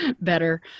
better